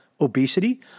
obesity